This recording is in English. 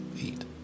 Eat